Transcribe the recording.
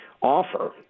offer